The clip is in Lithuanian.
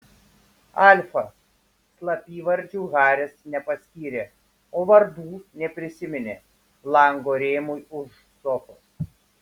alfa slapyvardžių haris nepaskyrė o vardų neprisiminė lango rėmui už sofos